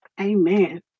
Amen